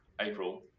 april